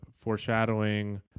foreshadowing